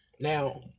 Now